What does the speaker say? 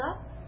up